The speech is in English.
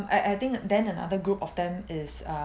I I think then another group of them is um